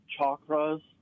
chakras